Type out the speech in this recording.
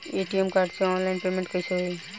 ATM card से online payment कैसे होई?